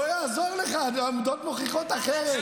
לא יעזור לך, העובדות מוכיחות אחרת.